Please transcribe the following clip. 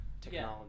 Technology